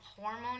hormone